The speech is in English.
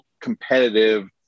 competitive